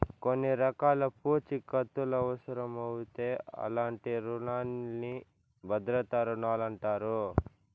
కొన్ని రకాల పూఛీకత్తులవుసరమవుతే అలాంటి రునాల్ని భద్రతా రుణాలంటారు